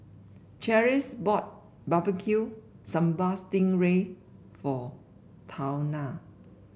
Cherise bought Barbecue Sambal Sting Ray for Tawnya